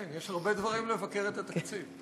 יש הרבה דברים לבקר בהם את התקציב.